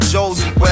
Josie